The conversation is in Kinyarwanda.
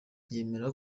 yemera